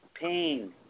Pain